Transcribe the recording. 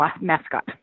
mascot